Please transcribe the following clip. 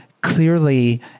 clearly